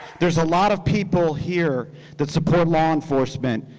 there's a lot of people here that support law enforcement.